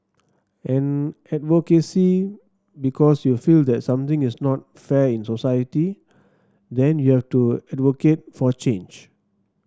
and advocacy because you feel that something is not fair in society then you have to advocate for change